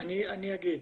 אני אגיד.